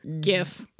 Gif